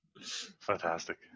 fantastic